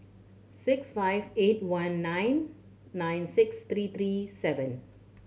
six five eight one nine nine six three three seven